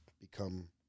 become